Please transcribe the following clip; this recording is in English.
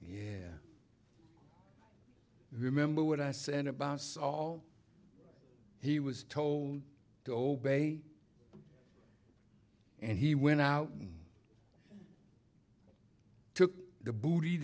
yeah remember what i said about saul he was told to obey and he went out and took the booty